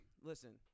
Listen